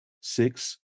six